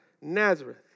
Nazareth